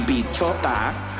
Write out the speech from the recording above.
Bichota